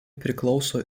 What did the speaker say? priklauso